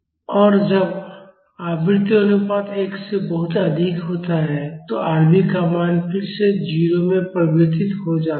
और जब आवृत्ति अनुपात 1 से बहुत अधिक होता है तो Rv का मान फिर से 0 में परिवर्तित हो जाता है